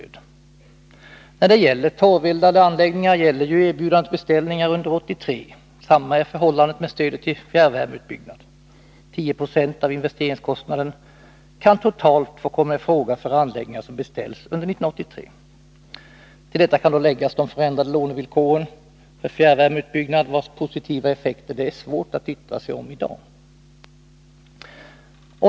När det gäller torveldade anläggningar gäller erbjudandet beställningar under 1983. Detsamma är förhållandet med stödet till fjärrvärmeutbyggnad. 10 Zo av investeringskostnaden kan totalt få komma i fråga för anläggningar som beställs under 1983. Till detta kan läggas de förändrade villkoren för lån till fjärrvärmeutbyggnad, vars positiva effekter det är svårt att yttra sig om i dag.